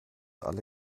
alle